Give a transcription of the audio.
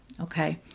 Okay